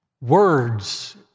words